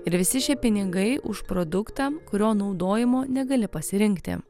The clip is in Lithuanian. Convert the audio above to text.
ir visi šie pinigai už produktą kurio naudojimo negali pasirinkti